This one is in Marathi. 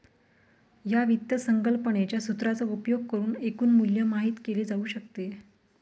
या वित्त संकल्पनेच्या सूत्राचा उपयोग करुन एकूण मूल्य माहित केले जाऊ शकते